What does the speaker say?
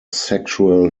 sexual